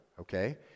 okay